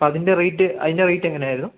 അപ്പോൾ അതിൻ്റെ റേറ്റ് അതിൻ്റെ റേറ്റ് എങ്ങനെയായിരുന്നു